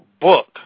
book